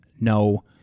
no